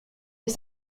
les